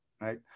right